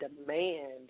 demand